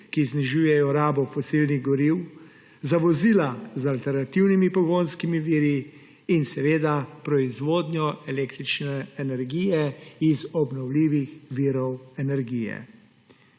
ki znižujejo rabo fosilnih goriv, za vozila z alternativnimi pogonskimi viri in seveda proizvodnjo električne energije iz obnovljivih virov energije.